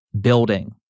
building